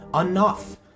enough